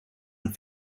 and